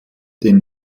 den